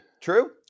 True